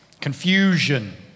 confusion